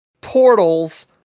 portals